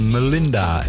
Melinda